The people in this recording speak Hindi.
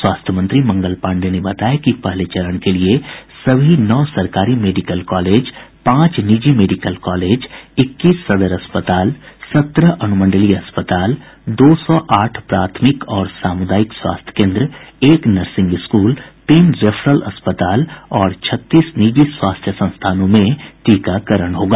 स्वास्थ्य मंत्री मंगल पांडेय ने बताया कि पहले चरण के लिए सभी नौ सरकारी मेडिकल कॉलेज पांच निजी मेडिकल कॉलेज इक्कीस सदर अस्पताल सत्रह अनुमंडलीय अस्पताल दो सौ आठ प्राथमिक और सामुदायिक स्वास्थ्य केन्द्र एक नर्सिंग स्कूल तीन रेफरल अस्पताल और छत्तीस निजी स्वास्थ्य संस्थानों में टीकाकरण होगा